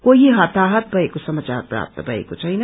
कोही हताहत भएको समाचार प्राप्त भएको छैन